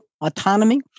autonomy